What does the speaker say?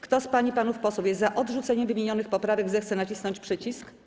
Kto z pań i panów posłów jest za odrzuceniem wymienionych poprawek, zechce nacisnąć przycisk.